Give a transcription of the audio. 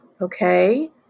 Okay